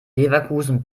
leverkusen